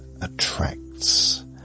attracts